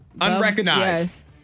unrecognized